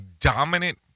dominant